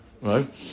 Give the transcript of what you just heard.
Right